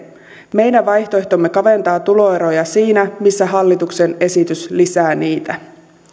meidän vaihtoehtomme kaventaa tuloeroja siinä missä hallituksen esitys lisää niitä